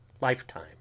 lifetime